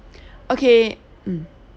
okay mm